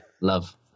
Love